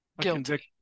guilty